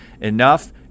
enough